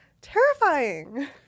terrifying